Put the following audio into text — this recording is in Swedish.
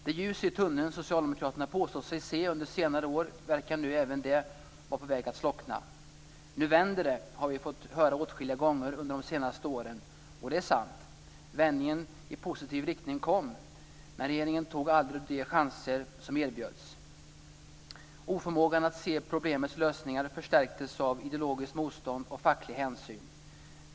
Det ljus i tunneln socialdemokraterna påstått sig se under senare år verkar nu även det vara på väg att slockna. "Nu vänder det!" har vi fått höra åtskilliga gånger de senaste åren, och det är sant. Vändningen i positiv riktning kom, men regeringen tog aldrig de chanser som erbjöds. Oförmågan att se problemens lösningar förstärktes av ideologiskt motstånd och fackliga hänsyn.